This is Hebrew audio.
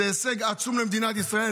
זה הישג עצום למדינת ישראל,